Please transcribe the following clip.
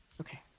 Okay